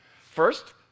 first